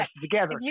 together